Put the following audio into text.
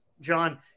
John